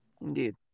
indeed